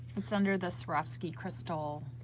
it's under the swarovski crystal